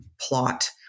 plot